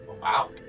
Wow